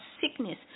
sickness